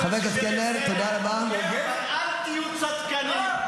אל תהיו צדקנים.